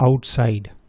outside